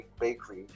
bakery